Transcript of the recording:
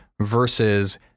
versus